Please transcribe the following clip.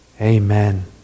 Amen